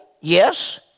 Yes